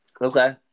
Okay